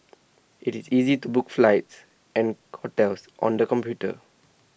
IT is easy to book flights and hotels on the computer